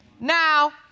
Now